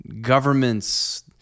governments